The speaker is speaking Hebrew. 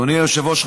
אדוני היושב-ראש,